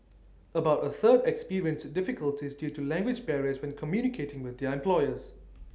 about A third experienced difficulties due to language barriers when communicating with their employers